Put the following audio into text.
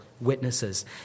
witnesses